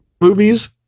movies